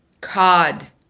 cod